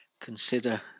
consider